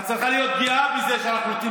את צריכה להיות גאה בזה שאנחנו נותנים